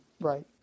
right